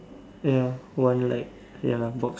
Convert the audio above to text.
ya one light ya box